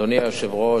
אדוני היושב-ראש,